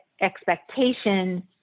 expectations